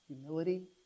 Humility